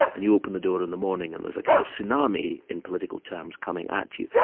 and you open the door in the morning and there's a kind of tsunami in political terms, coming at you.